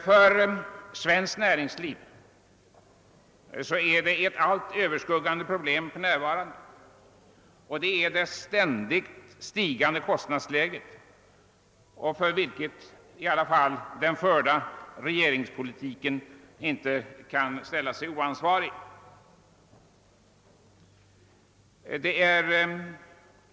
För svenskt näringsliv finns för närvarande ett allt överskuggande problem, nämligen den ständigt stigande kostnadsnivån, för vilken den av regeringen förda politiken inte kan hållas oansvarig.